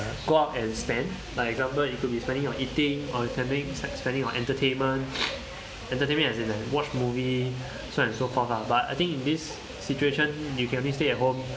go out and spend like example it could be spending on eating or spending spending on entertainment entertainment as in watch movie so and so forth lah but I think in this situation you can only stay at home